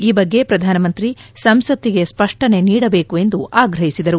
ಈ ಬಗ್ಗೆ ಪ್ರಧಾನ ಮಂತ್ರಿ ಸಂಸತ್ತಿಗೆ ಸ್ಲಷ್ಷನೆ ನೀಡಬೇಕು ಎಂದು ಆಗ್ರಹಿಸಿದರು